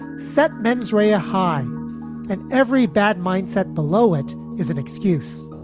set. mens rea, a high and every bad mindset. below it is an excuse.